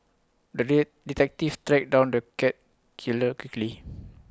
the day detective tracked down the cat killer quickly